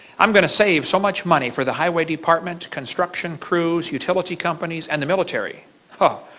um going to save so much money for the highway department. construction crew, utilities companies, and the military ah